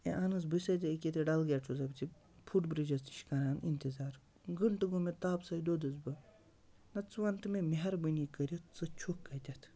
A اہَن حظ بہٕ چھُسَے ژےٚ ییٚکیٛاہ ییٚتٮ۪تھ ڈلگیٹ چھُسَے بہٕ ژےٚ فُٹ بِرٛجَس نِش کَران اِنتطار گٲنٛٹہٕ گوٚو مےٚ تاپہٕ سۭتۍ دوٚدُس بہٕ نہ ژٕ وَنتہٕ مےٚ مہربٲنی کٔرِتھ ژٕ چھُکھ کَتٮ۪تھ